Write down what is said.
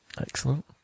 excellent